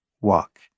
walk